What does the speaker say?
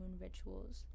rituals